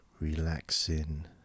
relaxing